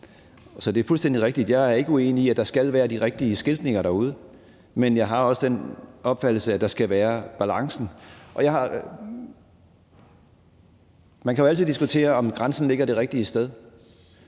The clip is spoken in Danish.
Så det er fuldstændig rigtigt, og jeg er ikke uenig i, at der skal være den rigtige skiltning derude, men jeg har også den opfattelse, at balancen skal være der. Man kan jo altid diskutere, om grænsen ligger det rigtige sted.